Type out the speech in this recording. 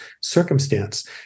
circumstance